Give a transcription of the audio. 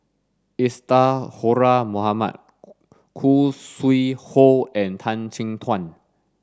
Isadhora Mohamed Khoo Sui Hoe and Tan Chin Tuan